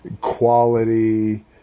quality